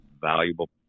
valuable